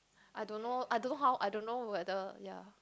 I don't know I don't know how I don't know whether ya